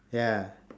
ya